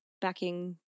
Backing